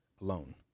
alone